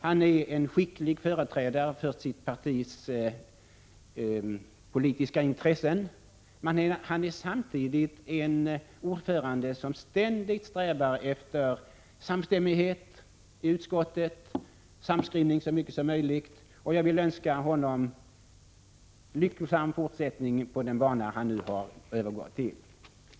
Han är en skicklig företrädare för sitt partis politiska intresse, men samtidigt är han en ordförande som i utskottet ständigt strävar efter sammanskrivning så mycket som möjligt. Jag vill önska honom en lyckosam fortsättning på den — Prot. 1986/87:99 bana som han nu har övergått till.